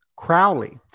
Crowley